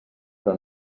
però